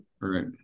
right